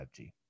5G